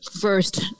first